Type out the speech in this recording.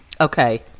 Okay